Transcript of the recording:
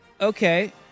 Okay